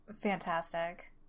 Fantastic